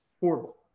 Horrible